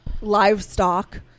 livestock